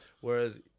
whereas